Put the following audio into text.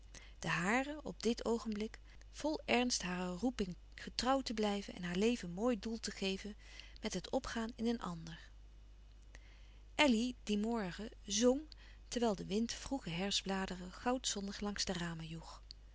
de hare op dit oogenblik vol ernst haar roeping getrouw te blijven en haar leven mooi doel te geven met het opgaan in een ander elly dien morgen zong terwijl de wind vroege herfstbladeren goudzonnig langs de ramen joeg